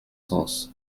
sens